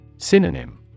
Synonym